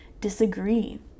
disagree